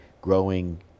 growing